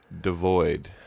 Devoid